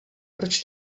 proč